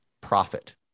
profit